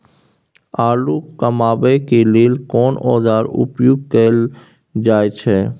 आलू कमाबै के लेल कोन औाजार उपयोग कैल जाय छै?